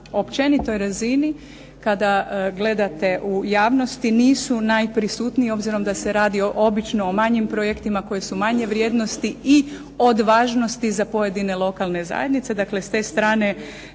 općenitoj razini kada gledate u javnosti nisu najprisutniji obzirom da se radi obično o manjim projektima koji su od manje vrijednosti i od važnosti za pojedine lokalne zajednice.